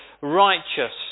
righteous